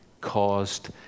caused